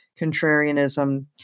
Contrarianism